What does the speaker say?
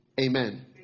Amen